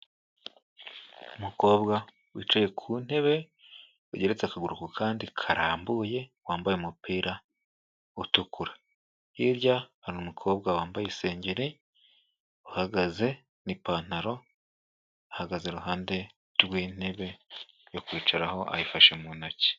Umukobwa wicaye ku ntebe ugeretse akaguru ku kandi karambuye wambaye umupira utukura. Hirya hari umukobwa wambaye isengeri uhagaze n'ipantaro ahagaze iruhande rw'intebe yo kwicaraho ayifashe mu ntoki.